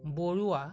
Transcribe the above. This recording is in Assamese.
বৰুৱা